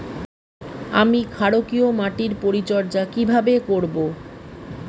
আমি ক্ষারকীয় মাটির পরিচর্যা কিভাবে করব?